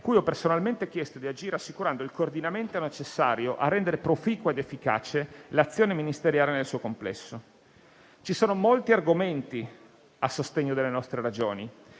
lui ho personalmente chiesto di agire assicurando il coordinamento necessario a rendere proficua ed efficace l'azione ministeriale nel suo complesso. Ci sono molti argomenti a sostegno delle nostre ragioni,